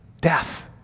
Death